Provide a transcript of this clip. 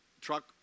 truck